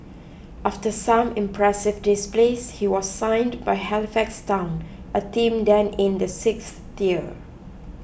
after some impressive displays he was signed by Halifax town a team then in the sixth tier